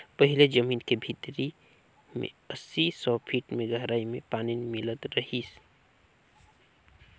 पहिले जमीन के भीतरी में अस्सी, सौ फीट के गहराई में पानी मिलत रिहिस